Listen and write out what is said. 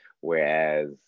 Whereas